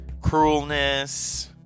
cruelness